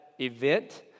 event